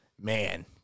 man